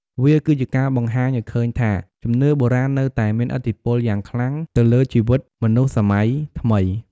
វាគឺជាការបង្ហាញឱ្យឃើញថា ជំនឿបុរាណនៅតែមានឥទ្ធិពលយ៉ាងខ្លាំងទៅលើជីវិតមនុស្សសម័យថ្មី។